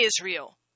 Israel